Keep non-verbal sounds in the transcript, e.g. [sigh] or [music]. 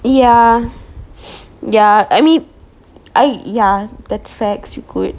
ya [breath] ya I mean I yeah that's facts you could